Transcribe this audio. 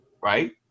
right